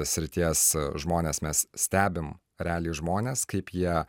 srities žmonės mes stebim realiai žmonės kaip jie